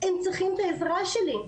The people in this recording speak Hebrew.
הם צריכים את העזרה שלי,